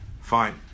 Fine